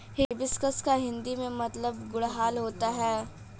hibiscus का हिंदी में मतलब गुड़हल होता है